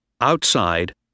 Outside